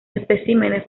especímenes